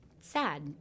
sad